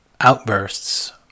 outbursts